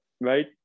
right